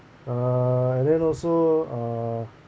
uh and then also uh